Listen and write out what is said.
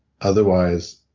otherwise